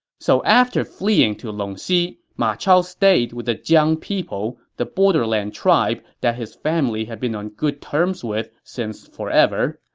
so after fleeing to longxi, ma chao stayed with the jiang people, the borderline tribe that his family had been on good terms with since forever.